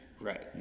Right